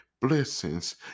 blessings